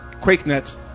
QuakeNet